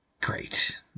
Great